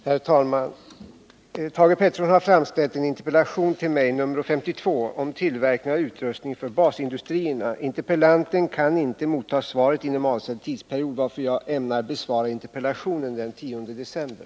Herr talman! Thage Peterson har framställt interpellationen 1979/80:52 om tillverkningen av utrustning för basindustrierna. Interpellanten kan inte motta svaret inom avsedd tidsperiod, varför jag ämnar besvara interpellationen den 10 december.